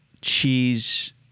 cheese